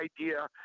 idea